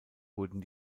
wurden